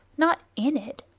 not in it.